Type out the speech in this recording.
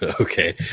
okay